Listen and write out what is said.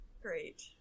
Great